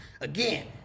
Again